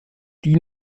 die